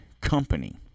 company